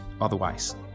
otherwise